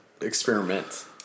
Experiment